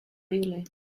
really